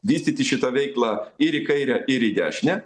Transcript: vystyti šitą veiklą ir į kairę ir į dešinę